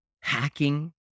hacking